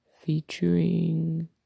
featuring